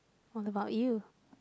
what about you